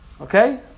Okay